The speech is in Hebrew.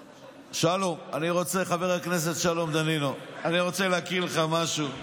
חבר הכנסת שלום דנינו, אני רוצה להקריא לך משהו.